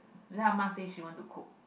and then Ah Ma says she want to cook